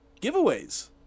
giveaways